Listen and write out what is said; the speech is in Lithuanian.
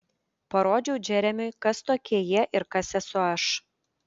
parodžiau džeremiui kas tokie jie ir kas esu aš